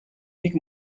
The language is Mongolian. нэг